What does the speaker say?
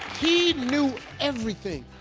he knew everything.